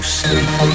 sleep